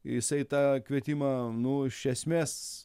jisai tą kvietimą nu iš esmės